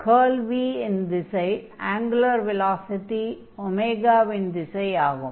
curl v இன் திசை angular velocity இன் திசை ஆகும்